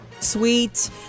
sweet